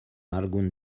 algún